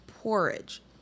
porridge